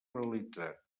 realitzat